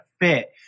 fit